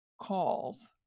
calls